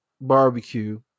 barbecue